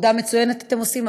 עבודה מצוינת אתם עושים,